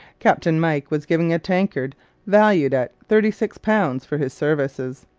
captain mike was given a tankard valued at thirty six pounds for his services.